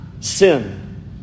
Sin